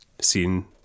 seen